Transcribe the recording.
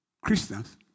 Christians